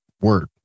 word